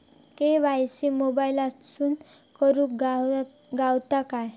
KYC मोबाईलातसून करुक गावता काय?